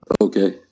Okay